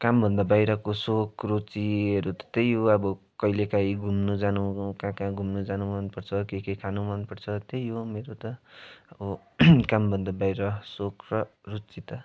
कामभन्दा बाहिरको सोख रुचिहरू त्यही हो अब कहिलेकाहीँ घुम्नु जानु कहाँकहाँ घुम्नु जानु मन पर्छ र के के खानु मन पर्छ त्यही हो मेरो त अब कामभन्दा बाहिर सोख र रुचि त